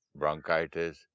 bronchitis